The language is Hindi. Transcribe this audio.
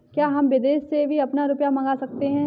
क्या हम विदेश से भी अपना रुपया मंगा सकते हैं?